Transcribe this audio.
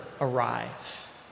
arrive